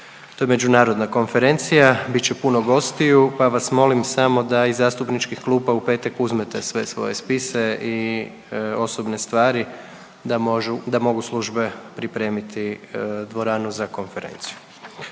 to je međunarodna konferencija, bit će puno gostiju, pa vas molim samo da iz zastupničkih klupa u petak uzmete sve svoje spise i osobne stvari da mogu službe pripremiti dvoranu za konferenciju.